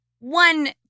One